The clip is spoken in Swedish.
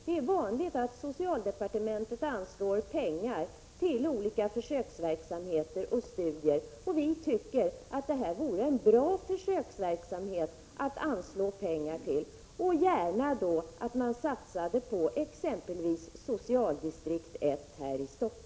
Det är vanligt att socialdepartementet anslår pengar till olika försöksverksamheter och studier, och vi tycker att det här vore en bra försöksverksamhet att anslå pengar till. Vi skulle då gärna se att man satsade på exempelvis socialdistrikt 1 här i Stockholm.